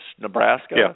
Nebraska